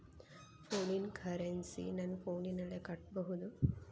ಫೋನಿನ ಕರೆನ್ಸಿ ನನ್ನ ಫೋನಿನಲ್ಲೇ ಕಟ್ಟಬಹುದು?